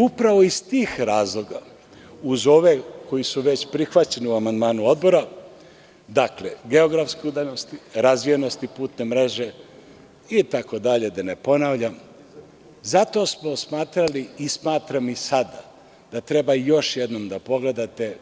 Upravo iz tih razloga, uz ove koji su već prihvaćeni u amandmanu Odbora, dakle, geografske udaljenosti, razvijenosti putne mreže, itd. da ne ponavljam, zato smo smatrali i smatramo i sada da treba još jednom da pogledate